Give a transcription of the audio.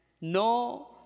no